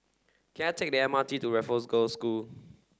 can I take the M R T to Raffles Girls' School